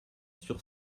sur